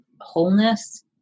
wholeness